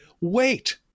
wait